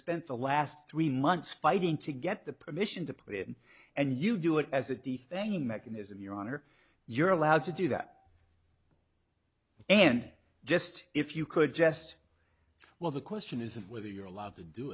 spent the last three months fighting to get the permission to put it in and you do it as a d thing mechanism your honor you're allowed to do that and just if you could just well the question isn't whether you're allowed to do